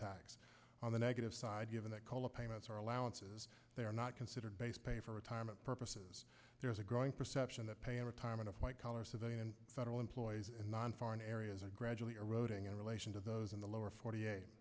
tax on the negative side given that cola payments are allowances they are not considered base pay for retirement purposes there is a growing perception that paying retirement of white collar civilian and federal employees and non foreign areas are gradually eroding in relation to those in the lower forty eight